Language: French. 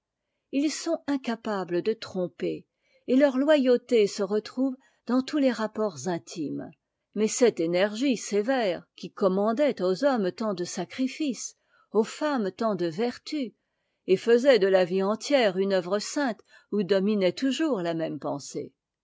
ils sont incapables de tromper et leur loyauté se retrouve dans tous les rapports intimes mais cette énergie sévère qui commandait aux hommes tant de sacrifices aux femmes tant de vertus et faisait de la vie entière une œuvre sainte où dominait toujours la même pensée